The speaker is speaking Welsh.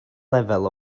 lefel